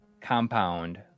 compound